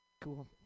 Cool